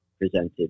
presented